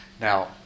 Now